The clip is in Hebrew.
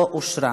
לא אושרה.